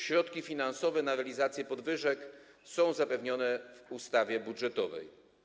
Środki finansowe na realizację podwyżek są zapewnione w ustawie budżetowej.